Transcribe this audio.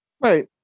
right